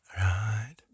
right